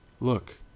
Look